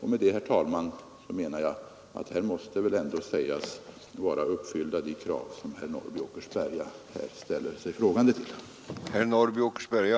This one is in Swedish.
Härigenom anser jag, herr talman, att de krav som herr Norrby i Åkersberga ställer måste vara uppfyllda.